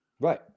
Right